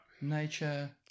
nature